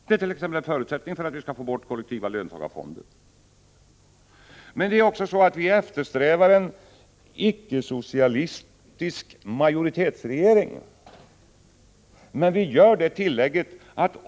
Det ärt.ex. en förutsättning för att vi skall få bort de kollektiva löntagarfonderna. Det är också så att vi eftersträvar en icke-socialistisk majoritetsregering. Men vi gör ett tillägg.